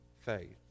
faith